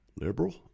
Liberal